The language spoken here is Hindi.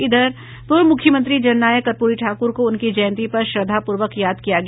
इधर पूर्व मुख्यमंत्री जननायक कर्प्री ठाक्र को उनकी जयंती पर श्रद्धापूर्वक याद किया गया